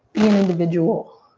an individual.